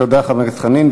תודה, חבר הכנסת חנין.